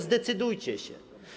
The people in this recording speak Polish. Zdecydujcie się.